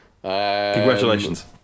Congratulations